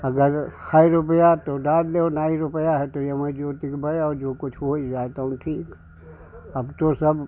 अगर है रुपया तो डाल दो नहीं रुपया है तो यूँ ही जोतकर बो दो जो कुछ हो जाए वही ठीक अब तो सब